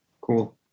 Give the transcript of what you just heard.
cool